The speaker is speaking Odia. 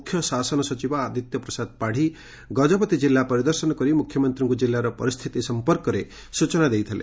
ମୁଖ୍ୟ ଶାସନ ସଚିବ ଆଦିତ୍ୟ ପ୍ରସାଦ ପାତ୍ ଗକପତି ଜିଲ୍ଲା ପରିଦର୍ଶନ କରି ମୁଖ୍ୟମନ୍ତୀଙ୍କୁ ଜିଲ୍ଲାର ପରିସ୍ଥିତି ସମ୍ପର୍କରେ ସୂଚନା ଦେଇଥିଲେ